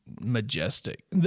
majestic